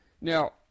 now